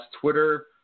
Twitter